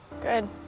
Good